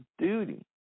duty